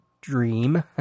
dream